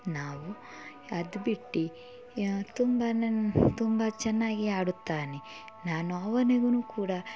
ನಾವು ಅದು ಬಿಟ್ಟು ಯಾ ತುಂಬ ನನ್ನ ತುಂಬ ಚೆನ್ನಾಗಿ ಆಡುತ್ತಾನೆ ನಾನು ಅವನಿಗು ಕೂಡ